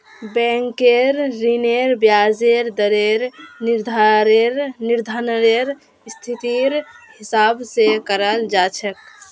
बैंकेर ऋनेर ब्याजेर दरेर निर्धानरेर स्थितिर हिसाब स कराल जा छेक